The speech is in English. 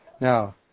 Now